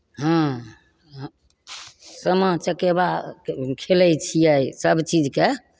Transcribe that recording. हाँ हाँ सामा चकेबाके खेलै छिए सबचीजके